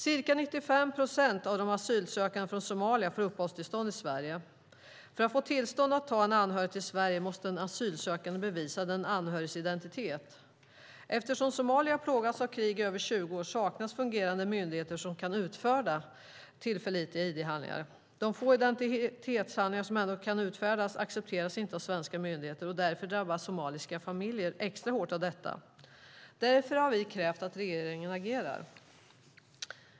Ca 95 procent av de asylsökande från Somalia får uppehållstillstånd i Sverige. För att få tillstånd att ta en anhörig till Sverige måste en asylsökande bevisa den anhöriges identitet. Eftersom Somalia har plågats av krig i över tjugo år saknas fungerande myndigheter som kan utfärda tillförlitliga ID-handlingar. De få identitetshandlingar som ändå kan utfärdas accepteras inte av svenska myndigheter. Således drabbas somaliska familjer extra hårt av detta. Därför har vi krävt att regeringen agerar.